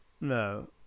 No